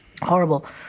Horrible